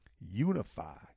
unify